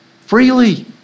freely